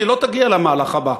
כי לא תגיע למהלך הבא.